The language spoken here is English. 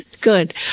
good